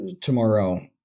Tomorrow